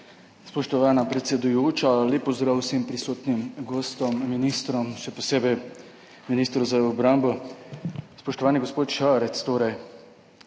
spoštovana predsedujoča. Lep pozdrav vsem prisotnim gostom, ministrom, še posebej ministru za obrambo! Spoštovani gospod Šarec! Danes